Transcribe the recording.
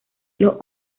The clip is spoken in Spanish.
los